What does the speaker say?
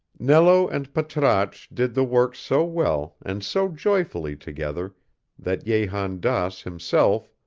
nello and patrasche did the work so well and so joyfully together that jehan daas himself,